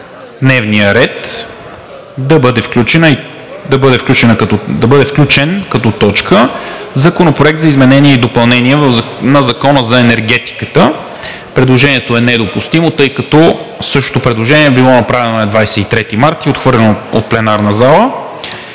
което е да бъде включен като точка в дневния ред Законопроекта за изменение и допълнение на Закона за енергетиката. Предложението е недопустимо, тъй като същото предложение е било направено на 23 март 2022 г. и е отхвърлено от пленарната зала.